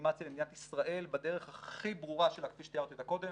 בדה-לגיטימציה למדינת ישראל בדרך הכי ברורה כפי שתיארתי אותה קודם.